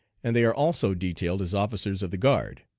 and they are also detailed as officers of the guard.